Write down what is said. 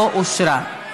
לא אושרה.